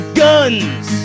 guns